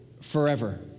forever